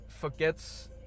forgets